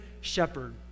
shepherd